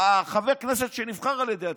חבר הכנסת שנבחר על ידי הציבור,